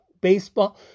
baseball